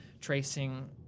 tracing